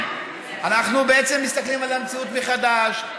אנחנו בעצם מסתכלים על המציאות מחדש,